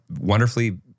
wonderfully